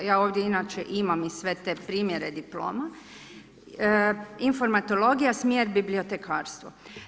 Ja ovdje inače imam i sve te primjere diploma, informatologija, smjer bibliotekarstvo.